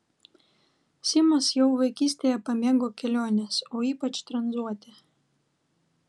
simas jau vaikystėje pamėgo keliones o ypač tranzuoti